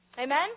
Amen